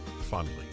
fondly